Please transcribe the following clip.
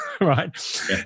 right